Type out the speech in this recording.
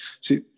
See